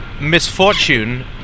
misfortune